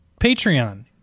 Patreon